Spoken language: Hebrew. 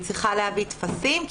והיא צריכה להביא טפסים,